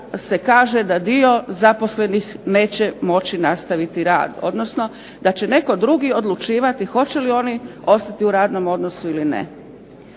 se kaže da dio zaposlenih neće moći nastaviti rad, odnosno da će netko drugi odlučivati hoće li oni ostati u radnom odnosu ili ne.